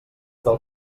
del